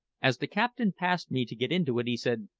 as the captain passed me to get into it he said,